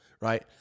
right